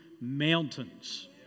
mountains